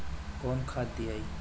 कौन खाद दियई?